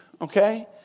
okay